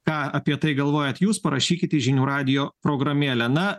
ką apie tai galvojat jūs parašykite žinių radijo programėlę na